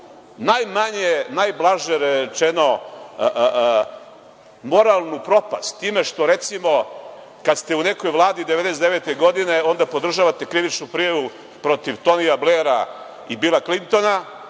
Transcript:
najmanje, najblaže rečeno, moralnu propast time što, recimo, kad ste u nekoj Vladi 1999. godine onda podržavate krivičnu prijavu protiv Tonija Blera i Bila Klintona,